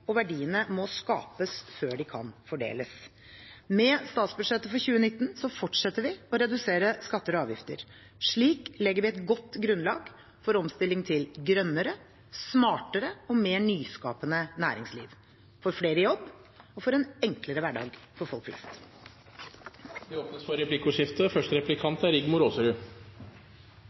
og verdiene må skapes før de kan fordeles. Med statsbudsjettet for 2019 fortsetter vi å redusere skatter og avgifter. Slik legger vi et godt grunnlag for omstilling til et grønnere, smartere og mer nyskapende næringsliv – for flere i jobb, for en enklere hverdag for folk flest. Det blir replikkordskifte. I proposisjonen skriver finansministeren at kostsatsene ved dagreiser innenlands i særavtalene er